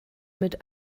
mit